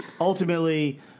Ultimately